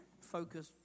Focus